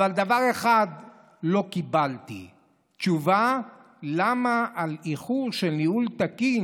אבל על דבר אחד לא קיבלתי תשובה: למה על איחור של ניהול תקין